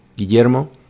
Guillermo